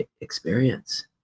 experience